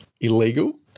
illegal